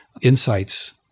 insights